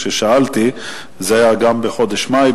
שאלתי את זה גם כן בחודש מאי,